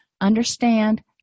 understand